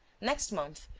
next month,